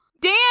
Dan